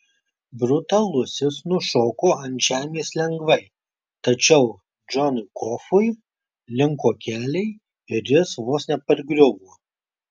brutalusis nušoko ant žemės lengvai tačiau džonui kofiui linko keliai ir jis vos nepargriuvo